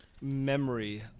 memory